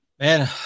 Man